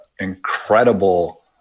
incredible